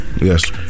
Yes